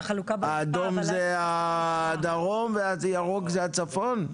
האדום זה הדרום והירוק זה הצפון?